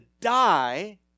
die